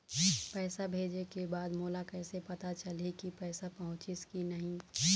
पैसा भेजे के बाद मोला कैसे पता चलही की पैसा पहुंचिस कि नहीं?